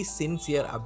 sincere